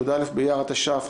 י"א באייר התש"ף,